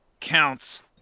counts